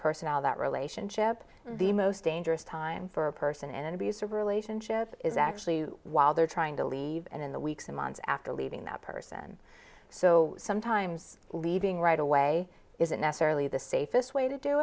person out that relationship the most dangerous time for a person in an abusive relationship is actually while they're trying to leave and in the weeks and months after leaving that person so sometimes leaving right away isn't necessarily the safest way to do